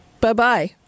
Bye-bye